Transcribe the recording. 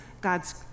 God's